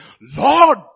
Lord